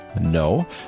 No